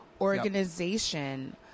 organization